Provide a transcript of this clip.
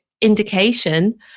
indication